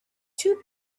too